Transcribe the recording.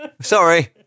Sorry